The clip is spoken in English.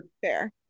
Fair